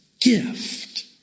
gift